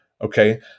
Okay